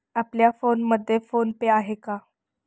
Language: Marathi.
आपल्या फोनमध्ये फोन पे आहे का?